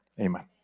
Amen